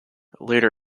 later